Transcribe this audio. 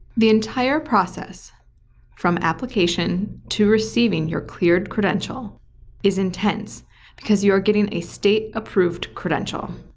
the entire process from application to receiving your cleared credential is intense because you are getting a state-approved credential.